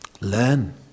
Learn